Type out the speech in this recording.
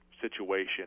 situation